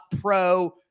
pro-